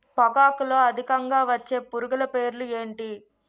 పొగాకులో అధికంగా వచ్చే పురుగుల పేర్లు ఏంటి